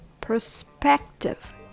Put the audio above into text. Perspective